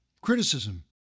criticism